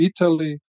Italy